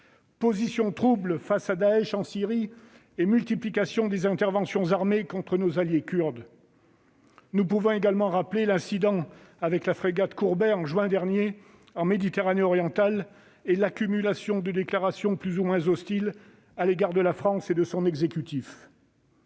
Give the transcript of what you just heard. positions troubles face à Daech en Syrie et multiplication des interventions armées contre nos alliés kurdes. Je rappellerai également l'incident qui s'est produit avec la frégate en juin dernier en Méditerranée orientale, et l'accumulation de déclarations plus ou moins hostiles à l'égard de la France et de son exécutif.